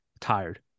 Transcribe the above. Tired